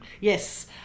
Yes